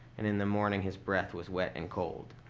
and in the morning, his breath was wet and cold.